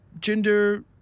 gender